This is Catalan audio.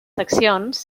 seccions